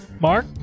Mark